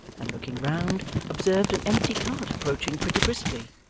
and looking round observed an empty cart approaching pretty briskly.